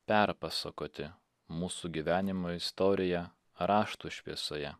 perpasakoti mūsų gyvenimo istoriją raštų šviesoje